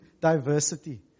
Diversity